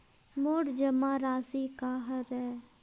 मोर जमा राशि का हरय?